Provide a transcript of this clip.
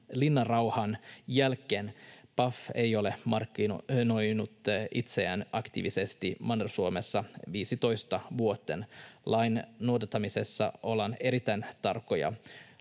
linnarauhan jälkeen Paf ei ole markkinoinut itseään aktiivisesti Manner-Suomessa 15 vuoteen. Lain noudattamisessa ollaan erittäin tarkkoja.